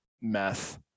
meth